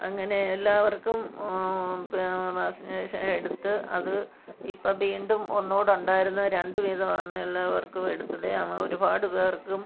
അങ്ങനെ എല്ലാവർക്കും പിന്നെ വാക്സിനേഷൻ എടുത്ത് അത് ഇപ്പോൾ വീണ്ടും ഒന്നു കൂടെയുണ്ടായിരുന്നത് രണ്ട് വീതം ആണ് എല്ലാവർക്കും എടുത്തത് അന്ന് ഒരുപാട് പേർക്കും